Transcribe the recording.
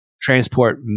transport